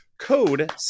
code